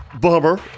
Bummer